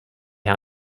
how